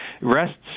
rests